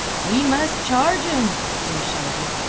we must charge'm! they shouted.